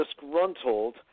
disgruntled